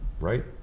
right